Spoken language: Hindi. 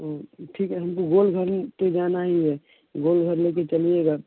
ठीक है हमको गोल घर में पर जाना ही है गोल घर में भी चलिएगा